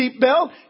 seatbelt